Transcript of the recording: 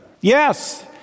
Yes